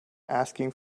asking